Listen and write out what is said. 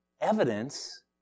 evidence